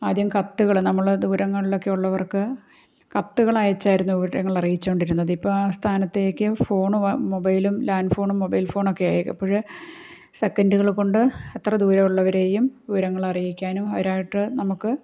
ആദ്യം കത്തുകൾ നമ്മൾ ദൂരങ്ങളിലൊക്കെയുള്ളവർക്ക് കത്തുകൾ അയച്ചായിരുന്നു വിവരങ്ങൾ അറിയിച്ചു കൊണ്ടിരുന്നത് ഇപ്പോൾ ആ സ്ഥാനത്തേക്ക് ഫോണും മൊബൈലും ലാൻഡ്ഫോണും മൊബൈൽ ഫോണുമൊക്കെ ആയി അപ്പോൾ സെക്കൻ്റുകൾ കൊണ്ട് എത്ര ദൂരമുള്ളവരെയും വിവരം അറിയിക്കാനും അവരായിട്ട് നമുക്ക്